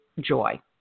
joy